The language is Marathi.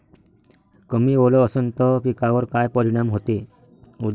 कमी ओल असनं त पिकावर काय परिनाम होते?